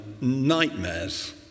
nightmares